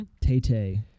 Tay-Tay